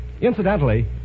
Incidentally